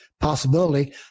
possibility